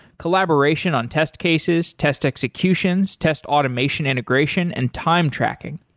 collaboration on test cases, test executions, test automation integration and time tracking.